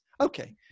Okay